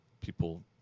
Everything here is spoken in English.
people